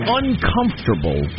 uncomfortable